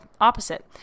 opposite